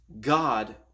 God